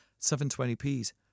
720p's